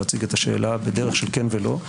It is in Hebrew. להציג את השאלה בדרך של כן ולא,